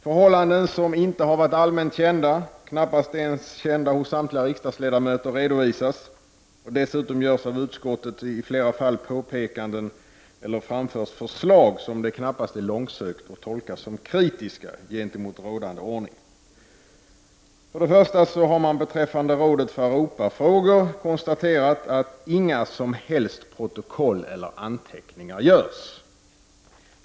Förhållanden som inte har varit allmänt kända, knappast ens kända hos samtliga riksdagsledamöter, redovisas. Dessutom görs av utskottet i flera fall påpekanden, eller framförs förslag, som det knappast är långsökt att tolka som kritik mot rådande ordning. För det första har man beträffande rådet för Europafrågor konstaterat att inga som helst protokoll eller anteckningar görs.